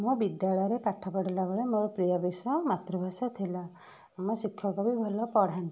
ମୁଁ ବିଦ୍ୟାଳୟରେ ପାଠ ପଢ଼ିଲାବେଳେ ମୋର ପ୍ରିୟ ବିଷୟ ମାତୃଭାଷା ଥିଲା ଆମ ଶିକ୍ଷକ ବି ଭଲ ପଢ଼ାନ୍ତି